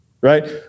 right